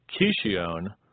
Kishion